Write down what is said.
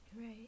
right